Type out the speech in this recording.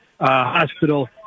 hospital